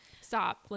Stop